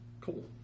Cool